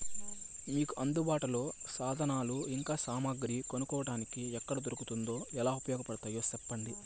మీకు అందుబాటులో సాధనాలు ఇంకా సామగ్రి కొనుక్కోటానికి ఎక్కడ దొరుకుతుందో ఎలా ఉపయోగపడుతాయో సెప్పండి?